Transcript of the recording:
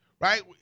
right